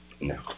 No